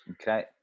Okay